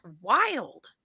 wild